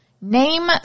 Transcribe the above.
name